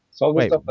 wait